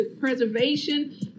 preservation